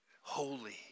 Holy